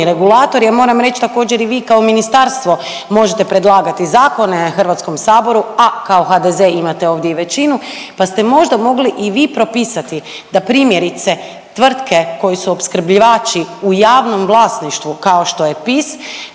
regulatori ja moram reći također i vi kao ministarstvo možete predlagati zakone Hrvatskom saboru, a kao HDZ imate ovdje i većinu, pa ste možda mogli i vi propisati da primjerice tvrtke koje su opskrbljivači u javnom vlasništvu kao što je PIS